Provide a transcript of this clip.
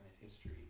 history